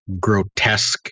grotesque